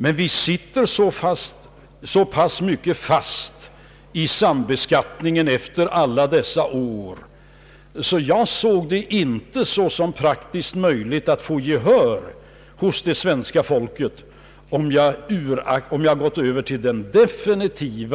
Men vi sitter så pass fast i sambeskattningen efter alla dessa år, att jag inte såg det som praktiskt möjligt att vinna gehör hos svenska folket, om jag hade gått över till den definitivt